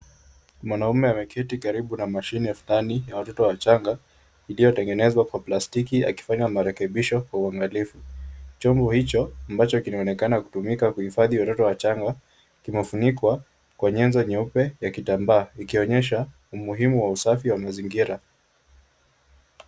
Mwanaume ameketi karibu na mashine fulani ya watoto wachanga, iliyotengenezwa kwa plastiki akifanya marekebisho kwa uangalifu. Chombo hicho ambacho kinaonekana kutumika kuhifadhi watoto wachanga, kimefunikwa kwa nyenzo nyeupe ya kitambaa, ikionyesha umuhimu wa usafi wa mazingira.